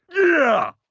yeah